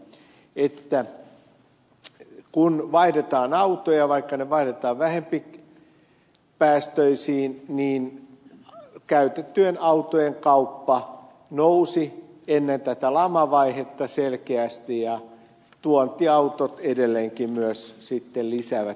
tämä johtuu siitä että vaikka vaihdetaan autoja vähempipäästöisiin niin käytettyjen autojen kauppa nousi ennen tätä lamavaihetta selkeästi ja myös tuontiautot edelleenkin lisäävät näitä hiilidioksidipäästöjä